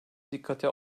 dikkate